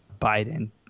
Biden